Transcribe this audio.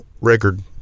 record